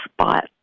spot